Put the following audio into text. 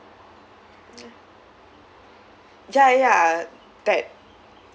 ya ya that